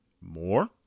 More